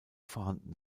vorhanden